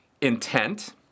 Intent